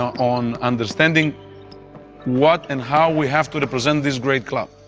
on understanding what and how we have to represent this great club.